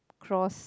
cross